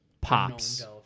Pops